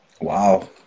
Wow